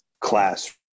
class